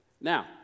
Now